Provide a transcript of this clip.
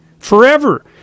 forever